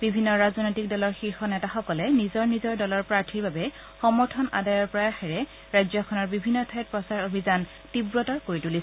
বিভিন্ন ৰাজনৈতিক দলৰ শীৰ্ষ নেতাসকলে নিজৰ নিজৰ দলৰ প্ৰাৰ্থীৰ বাবে সমৰ্থন আদায়ৰ প্ৰয়াসেৰে ৰাজ্যখনৰ বিভিন্ন ঠাইত প্ৰচাৰ অভিযান তীৱতৰ কৰি তুলিছে